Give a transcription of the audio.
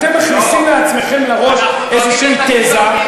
מכניסים לעצמכם לראש איזו תזה,